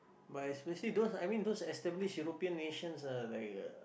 but especially those I mean those established European nations are very uh